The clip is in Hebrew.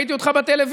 ראיתי אותך בטלוויזיה,